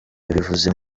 yabivuze